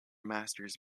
masters